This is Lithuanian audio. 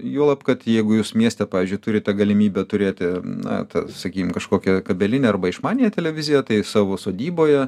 juolab kad jeigu jūs mieste pavyzdžiui turite galimybę turėti na sakykim kažkokią kabelinę arba išmaniąją televiziją tai savo sodyboje